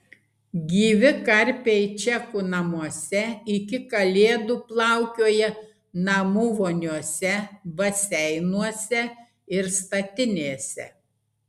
gyvi karpiai čekų namuose iki kalėdų plaukioja namų voniose baseinuose ir statinėse